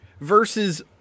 versus